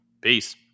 Peace